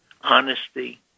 honesty